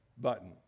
button